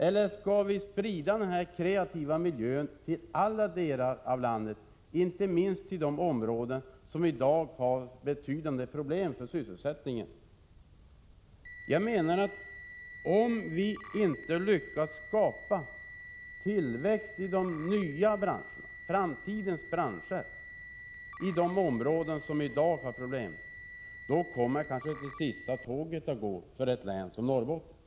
Eller skall vi sprida denna kreativa miljö till alla delar av landet, inte minst till de områden som i dag har betydande problem med sysselsättningen? Jag menar att om vi inte lyckas skapa tillväxt i de nya branscherna, i framtidens branscher, i de områden som i dag har problem, kommer kanske det sista tåget att gå för ett län som Norrbotten.